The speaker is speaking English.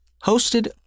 hosted